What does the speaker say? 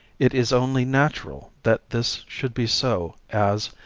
it is only natural that this should be so as,